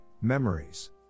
memories